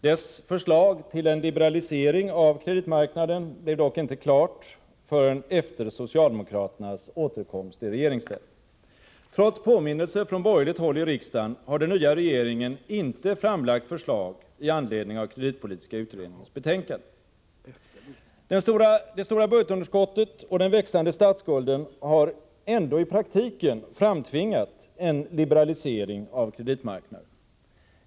Dess förslag till en liberalisering av kreditmarknaden blev dock inte klart förrän efter socialdemokraternas återkomst i regeringsställning. Trots påminnelse från borgerligt håll i riksdagen har den nya regeringen inte framlagt förslag med anledning av den kreditpolitiska utredningens betänkande. Det stora budgetunderskottet och den växande statsskulden har ändock i praktiken framtvingat en liberalisering av kreditmarknaden.